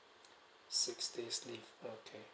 six days leave okay